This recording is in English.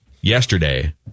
yesterday